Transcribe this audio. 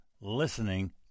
listening